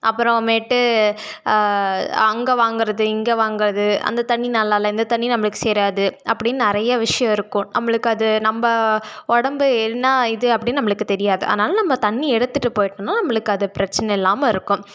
அப்பறம்மேட்டு அங்கே வாங்குறது இங்கே வாங்குறது அந்த தண்ணி நல்லால்லை இந்த தண்ணி நம்பளுக்கு சேராது அப்படின்னு நிறையா விஷயம் இருக்கும் நம்பளுக்கு அது நம்ப உடம்பு என்ன இது அப்பிடின்னு நம்பளுக்கு தெரியாது அதனால நம்ம தண்ணி எடுத்துகிட்டு போயிட்டோன்னால் நம்பளுக்கு அது பிரச்சினை இல்லாமல் இருக்கும்